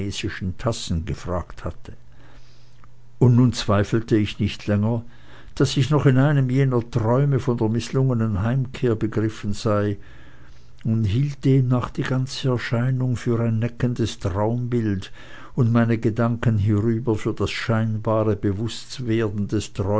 tassen gefragt hatte und nun zweifelte ich nicht länger daß ich noch in einem jener träume von der mißlungenen heimkehr begriffen sei und hielt demnach die ganze erscheinung für ein neckendes traumbild und meine gedanken hierüber für das scheinbare bewußtwerden des